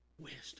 wisdom